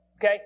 okay